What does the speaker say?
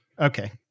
Okay